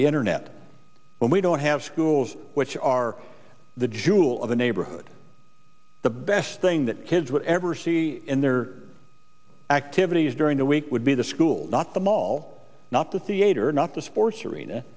the internet when we don't have schools which are the jewel of a neighborhood the best thing that kids would ever see in their activities during the week would be the school not the mall not the theater not the sports arena